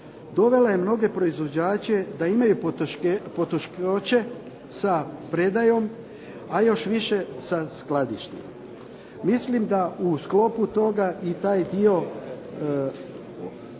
dovela je mnoge proizvođače da imaju poteškoće sa predajom a još više sa skladištenjem. Mislim da u sklopu toga i taj dio